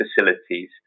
facilities